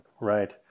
Right